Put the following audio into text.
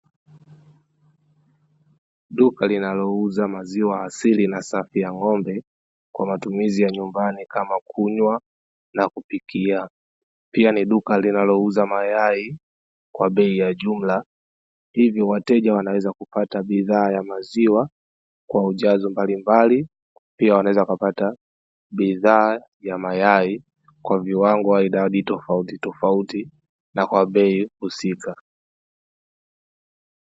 Duka linalouza maziwa asili na safi ya ng’ombe, kwa matumizi ya nyumbani kama kunywa na kupikia. Pia ni duka linalouza mayai kwa bei ya jumla, hivyo wateja wanaweza kupata bidhaa ya maziwa kwa ujazo mbalimbali, pia wanaweza wakapata bidhaa ya mayai kwa viwango au idadi tofautitofauti, na kwa bei husika.